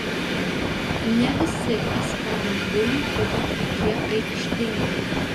ne visi ispanų buliai buvo tokie aikštingi